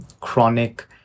chronic